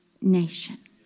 nation